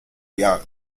young